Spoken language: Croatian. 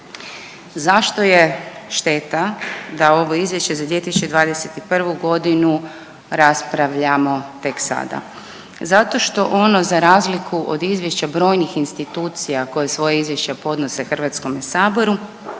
Zašto je šteta da ovo Izvješće za 2021. godinu raspravljamo tek sada? Zato što ono za razliku od izvješća brojnih institucija koje svoje izvješće podnose Hrvatskome saboru